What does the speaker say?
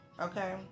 Okay